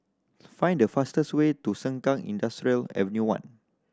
find the fastest way to Sengkang Industrial Avenue One